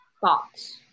thoughts